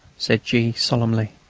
said g. solemnly.